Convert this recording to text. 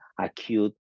acute